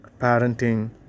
parenting